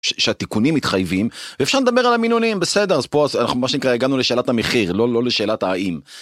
שהתיקונים מתחייבים, ואפשר לדבר על המינונים, בסדר אז פה אנחנו מה שנקרא, הגענו לשאלת המחיר לא לא לשאלת ההאם.